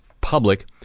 public